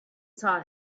saw